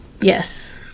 Yes